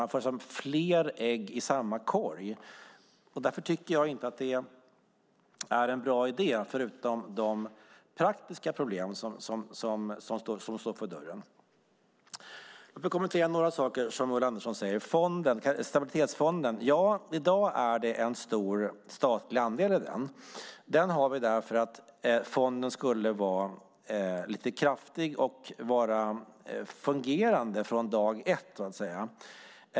Man får fler ägg i samma korg. Därför tycker jag inte att det är en bra idé, förutom de praktiska problem som står för dörren. I dag är det en stor statlig andel i Stabilitetsfonden. Den har vi för att fonden skulle vara kraftig och fungera från dag ett.